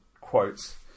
quotes